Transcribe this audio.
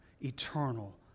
eternal